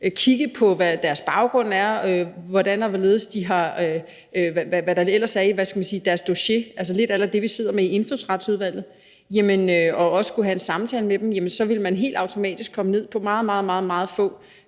kigge på, hvad deres baggrund er, og hvad der ellers er i deres dossier, altså lidt a la det, vi sidder med i Indfødsretsudvalget, og også skulle have en samtale med dem, jamen så ville man helt automatisk komme ned på meget, meget få, man